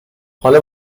حالا